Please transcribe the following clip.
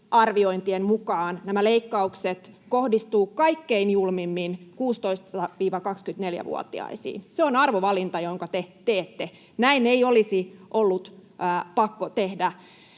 arviointienne mukaan nämä leikkaukset kohdistuvat kaikkein julmimmin 16—24-vuotiaisiin. Se on arvovalinta, jonka te teette. Näin ei olisi ollut pakko tehdä.